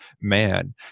man